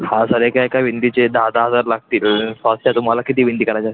हां सर एका एका भिंतीचे दहा दहा हजार लागतील कॉस्ट आहे तुम्हाला किती भिंती करायच्या आहेत